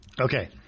Okay